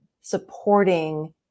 supporting